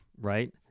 Right